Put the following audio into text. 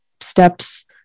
steps